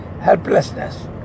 helplessness